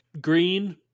Green